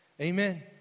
Amen